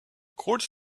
court